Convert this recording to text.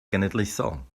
genedlaethol